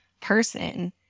person